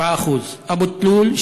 7%; אבו-תלול,